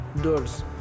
doors